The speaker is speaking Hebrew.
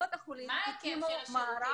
קופות החולים הקימו מערך